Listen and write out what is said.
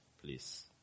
Please